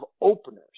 openers